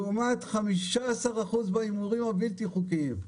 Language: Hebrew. לעומת 15% בהימורים הבלתי חוקיים.